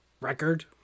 Record